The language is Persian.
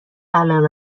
علائم